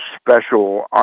special